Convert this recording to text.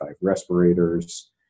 respirators